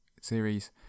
series